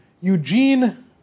Eugene